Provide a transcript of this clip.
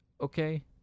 Okay